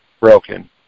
broken